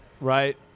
right